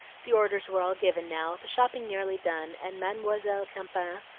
the orders were all given now, the shopping nearly done, and mademoiselle campan,